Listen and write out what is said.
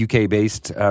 UK-based